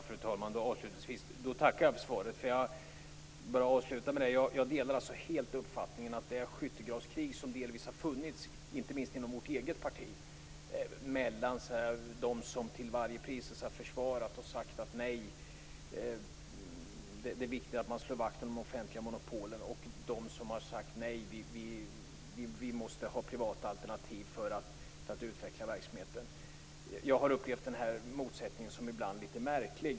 Fru talman! Avslutningsvis vill jag än en gång tacka för svaret. Jag delar helt uppfattningen om det skyttegravskrig som delvis har funnits inte minst inom vårt eget parti mellan dem som till varje pris försvarat det gamla och sagt: Det är viktigt att man slår vakt om de offentliga monopolen, och dem som har sagt: Nej, vi måste ha privata alternativ för att utveckla verksamheten. Jag har upplevt den här motsättningen som ibland litet märklig.